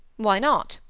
why not?